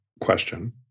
question